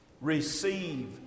Receive